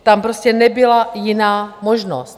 Tam prostě nebyla jiná možnost.